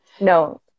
No